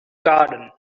garden